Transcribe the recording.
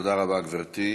תודה רבה, גברתי.